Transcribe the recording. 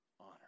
honor